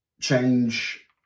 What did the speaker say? change